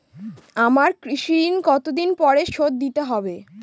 আমার কৃষিঋণ কতদিন পরে শোধ দিতে হবে?